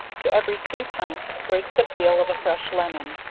to every three pints, grate the peal of a fresh lemon,